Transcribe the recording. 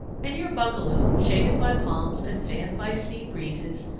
and your bungalow, shaded by palms and fanned by sea breezes,